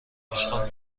اشغال